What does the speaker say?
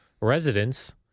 Residents